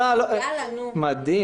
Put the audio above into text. --- מדהים.